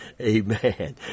Amen